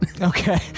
Okay